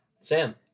Sam